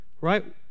right